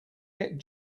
get